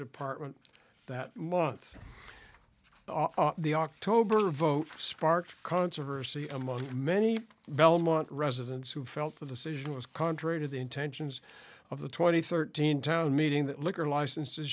department that month the october vote sparked controversy among many belmont residents who felt the decision was contrary to the intentions of the twenty thirteen town meeting that liquor licenses